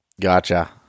Gotcha